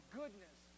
goodness